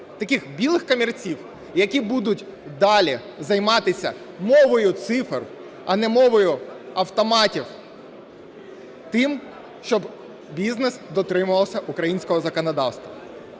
таких "білих комірців", які будуть далі займатися мовою цифр, а не мовою автоматів, тим, щоб бізнес дотримувався українського законодавства.